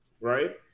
right